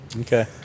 Okay